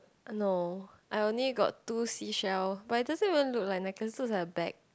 no I only got two seashell but it doesn't even look like necklace it looks like bag